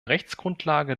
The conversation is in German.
rechtsgrundlage